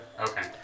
Okay